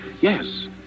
Yes